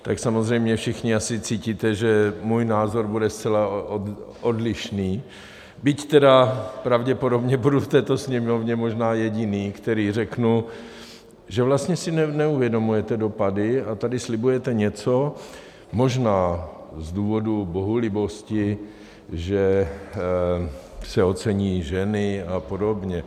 Tak samozřejmě všichni asi cítíte, že můj názor bude zcela odlišný, byť pravděpodobně budu v této Sněmovně možná jediný, který řeknu, že vlastně si neuvědomujete dopady a tady slibujete něco, možná z důvodu bohulibosti, že se ocení ženy a podobně.